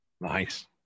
Nice